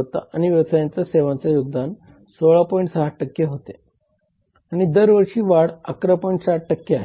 आपल्या व्यवसायावर परिणाम करू शकणाऱ्या लॉबिंगची उदाहरणे म्हणजे सरकारी अधिकाऱ्यांना थेट किंवा